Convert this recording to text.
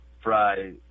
fry